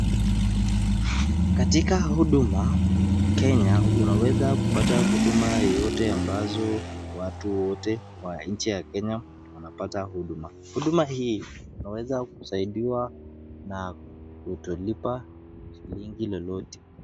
Katika Huduma Kenya unaweza kupata huduma yeyote ambazo watu wote wa nchi ya Kenya wanapata huduma. Huduma hii unaweza kusaidiwa na kutolipa shillingi lolote.